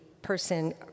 person